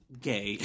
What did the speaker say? Gay